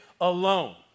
alone